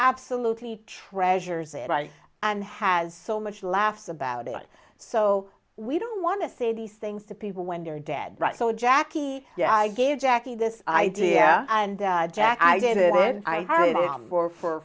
absolutely treasures it right and has so much laughs about it so we don't want to say these things to people when they're dead right so jackie yeah i gave jackie this idea and jack i did it and i hurried on for for